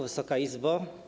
Wysoka Izbo!